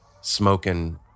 smoking